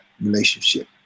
relationship